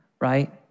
right